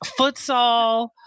futsal